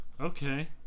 Okay